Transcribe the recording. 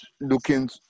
looking